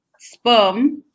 sperm